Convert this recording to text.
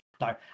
No